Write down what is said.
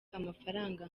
amafaranga